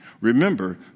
Remember